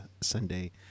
Sunday